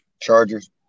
Chargers